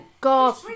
God